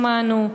שמענו.